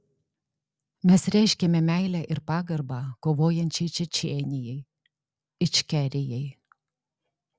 mes reiškiame meilę ir pagarbą kovojančiai čečėnijai ičkerijai